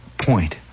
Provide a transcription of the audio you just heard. point